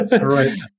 Right